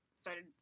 started